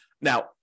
Now